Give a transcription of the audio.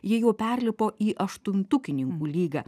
ji jau perlipo į aštuntukininkų lygą